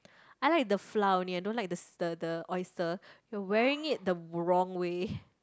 I like the flour only I don't like the st~ the the oyster you are wearing it the wrong way